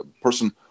person